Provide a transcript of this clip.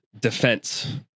defense